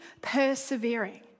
persevering